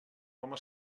home